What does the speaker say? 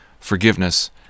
forgiveness